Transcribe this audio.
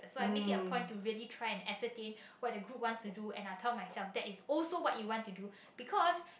so I make it a point to really try and ascertain what the group wants to do and I'll tell myself that is also what you want to do because